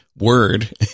word